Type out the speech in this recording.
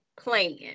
plan